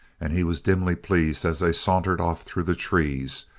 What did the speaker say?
and he was dimly pleased as they sauntered off through the trees,